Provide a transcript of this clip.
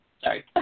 Sorry